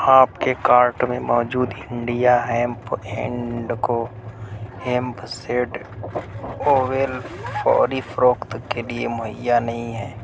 آپ کے کارٹ میں موجود انڈیا ہیمپ اینڈ کو ہیمپ سیڈ اوویل فوری فروخت کے لیے مہیا نہیں ہے